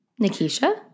Nikisha